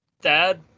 Dad